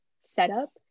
setup